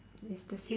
it's the same